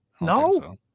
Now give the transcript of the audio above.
No